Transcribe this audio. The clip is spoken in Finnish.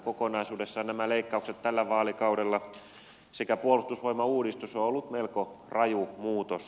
kokonaisuudessaan nämä leikkaukset tällä vaalikaudella sekä puolustusvoimauudistus ovat kyllä olleet melko raju muutos